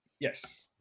Yes